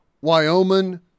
Wyoming